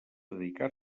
dedicar